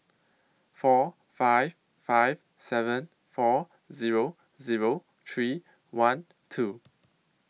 four five five seven four Zero Zero three one two